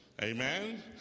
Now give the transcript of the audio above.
Amen